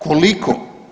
Koliko?